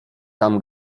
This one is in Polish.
tam